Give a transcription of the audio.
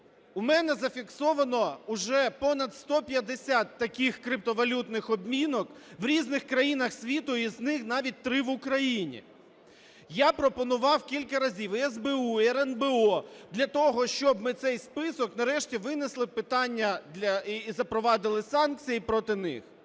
У мене зафіксовано уже понад 150 таких криптовалютних обмінників в різних країнах світу і з них навіть три в Україні. Я пропонував кілька разів, і СБУ, і РНБО, для того, щоб ми цей список нарешті винесли питання і запровадили санкції проти них.